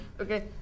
Okay